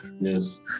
yes